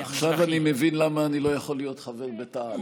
עכשיו אני מבין למה אני לא יכול להיות חבר בתע"ל,